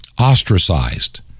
ostracized